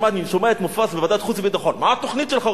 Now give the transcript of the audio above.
אני שומע את מופז בוועדת החוץ והביטחון: מה התוכנית שלך,